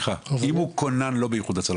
סליחה, אם הוא לא באיחוד הצלה?